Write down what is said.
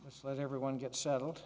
let's let everyone get settled